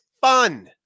fun